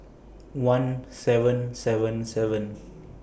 one seven seven seven